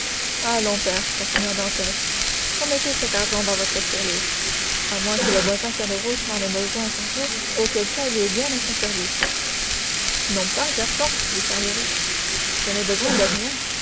table allons père continua dantès remettez cet argent dans votre tirelire à moins que le voisin caderousse n'en ait besoin à son tour auquel cas il est bien à son service non pas garçon dit caderousse je n'ai besoin de rien